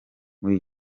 muri